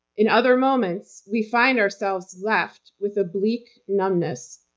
in other moments, we find ourselves left with a bleak numbness.